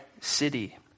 city